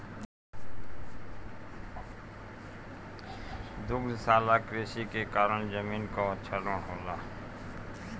दुग्धशाला कृषि के कारण जमीन कअ क्षरण होला